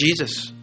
Jesus